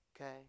Okay